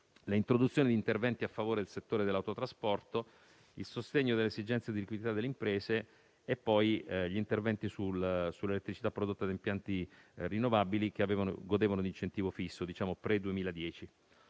l'introduzione di interventi a favore del settore dell'autotrasporto, il sostegno alle esigenze di liquidità delle imprese e gli interventi sull'elettricità prodotta da impianti rinnovabili (che godevano di incentivo fisso pre-2010).